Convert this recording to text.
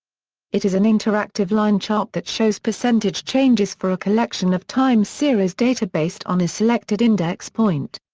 it is an interactive line chart that shows percentage changes for a collection of time-series data based on a selected index point.